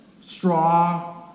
straw